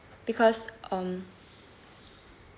because um